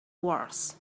wars